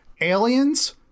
Aliens